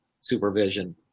supervision